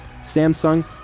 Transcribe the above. Samsung